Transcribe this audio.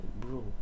Bro